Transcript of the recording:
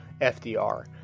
FDR